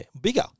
bigger